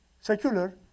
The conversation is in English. secular